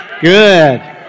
Good